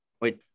Wait